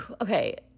okay